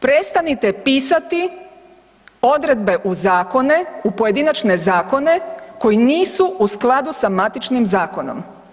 Prestanite pisati odredbe u zakone, u pojedinačne zakone koji nisu u skladu sa matičnim Zakonom.